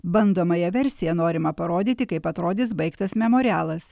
bandomąja versija norima parodyti kaip atrodys baigtas memorialas